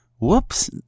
Whoops